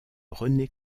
rené